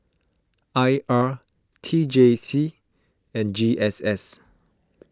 I R T J C and G S S